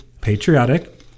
patriotic